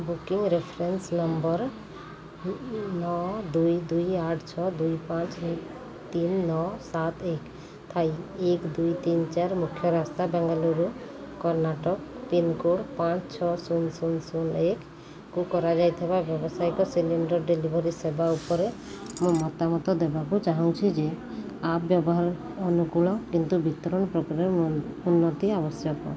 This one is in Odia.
ବୁକିଙ୍ଗ ରେଫରେନ୍ସ ନମ୍ବର ନଅ ଦୁଇ ଦୁଇ ଆଠ ଛଅ ଦୁଇ ପାଞ୍ଚ ତିନି ନଅ ସାତ ଏକ ଥାଇ ଏକ ଦୁଇ ତିନି ଚାରି ମୁଖ୍ୟ ରାସ୍ତା ବେଙ୍ଗାଲୁରୁ କର୍ଣ୍ଣାଟକ ପିନକୋଡ଼୍ ପାଞ୍ଚ ଛଅ ଶୂନ ଶୂନ ଶୂନ ଏକକୁ କରାଯାଇଥିବା ବ୍ୟାବସାୟିକ ସିଲିଣ୍ଡର୍ ଡେଲିଭରି ସେବା ଉପରେ ମୁଁ ମତାମତ ଦେବାକୁ ଚାହୁଁଛି ଯେ ଆପ୍ ବ୍ୟବହାର ଅନୁକୂଳ କିନ୍ତୁ ବିତରଣ ପ୍ରକ୍ରିୟାରେ ଉନ୍ନତି ଆବଶ୍ୟକ